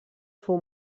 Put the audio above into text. fou